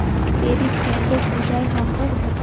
Paris Bangkok Dubai Hong Kong Dhaka